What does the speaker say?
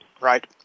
Right